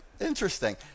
Interesting